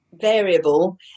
variable